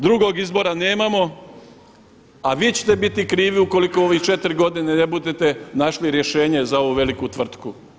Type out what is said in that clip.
Drugog izbora nemamo, a vi ćete biti krivi ukoliko u ovih 4 godine budete našli rješenje za ovu veliku tvrtku.